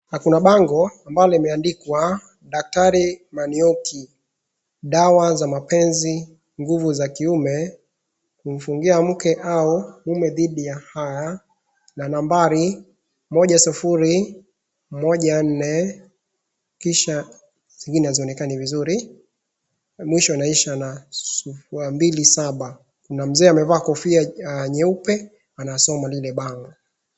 Kuna bango ambalo limeandikwa daktari Manioki, dawa za mapenzi, nguvu za kiume, kumfungia mke au mume dhidi ya hawa, na nambari moja sufuri moja nne kisha zingine hazionekani vizuri, mwisho inaisha na mbili saba. Kuna mzee amevaa kofia nyeupe anasoma lile bango.